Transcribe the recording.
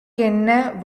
கென்ன